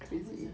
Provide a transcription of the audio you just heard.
aku macam